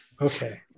Okay